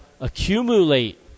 accumulate